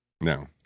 no